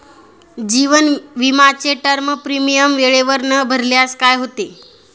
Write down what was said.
जीवन विमाचे term premium वेळेवर न भरल्यास काय होते?